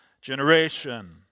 generation